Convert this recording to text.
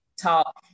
talk